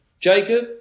Jacob